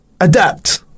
Adapt